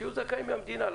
שיהיו זכאים מהמדינה,